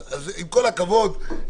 עם כל הכבוד,